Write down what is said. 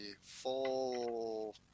full